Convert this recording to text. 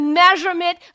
measurement